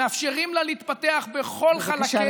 מאפשרים לה להתפתח בכל חלקיה,